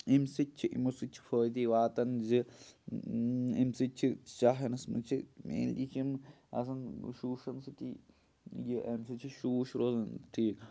امہِ سۭتۍ چھِ یِمو سۭتۍ چھِ فٲیِدٕ واتان زِ امہِ سۭتۍ چھِ شاہ ہٮ۪نَس منٛز چھِ مینلی چھِ یِم آسان شوٗشَن سۭتی یہِ اَمہِ سۭتۍ چھِ شوٗش روزان ٹھیٖک